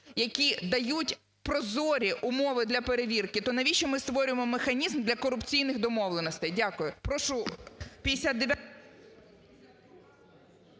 які дають прозорі умови для перевірки, то навіщо ми створюємо механізм для корупційних домовленостей? Дякую.